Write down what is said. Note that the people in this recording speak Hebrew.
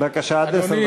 בבקשה, עד עשר דקות.